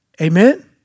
Amen